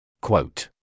Quote